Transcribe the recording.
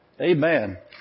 Amen